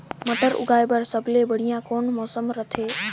मटर उगाय बर सबले बढ़िया कौन मौसम रथे?